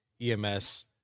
EMS